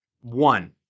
One